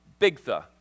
Bigtha